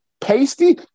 Pasty